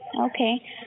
Okay